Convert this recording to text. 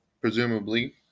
presumably